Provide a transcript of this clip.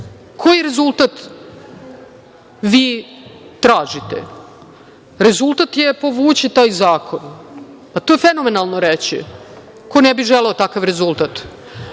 koji rezultat vi tražite? Rezultat je, povući taj zakon. To je fenomenalno reći. Ko ne bi želeo takav rezultat? Šta